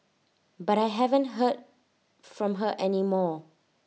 but I haven't heard from her any more